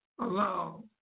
allow